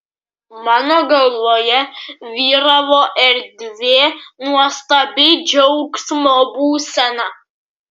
mano galvoje vyravo erdvė nuostabi džiaugsmo būsena